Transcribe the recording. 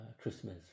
Christmas